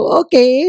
okay